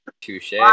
Touche